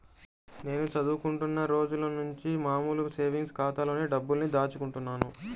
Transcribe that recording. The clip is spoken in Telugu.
నేను చదువుకుంటున్న రోజులనుంచి మామూలు సేవింగ్స్ ఖాతాలోనే డబ్బుల్ని దాచుకుంటున్నాను